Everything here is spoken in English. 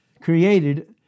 created